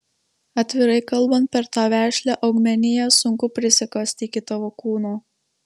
atvirai kalbant per tą vešlią augmeniją sunku prisikasti iki tavo kūno